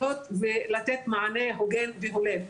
ולתת מענה הוגן והולם.